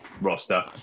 roster